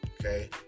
okay